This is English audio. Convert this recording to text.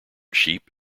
sheep